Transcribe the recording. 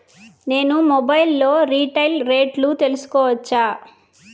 నేను మొబైల్ లో రీటైల్ రేట్లు తెలుసుకోవచ్చా?